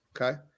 Okay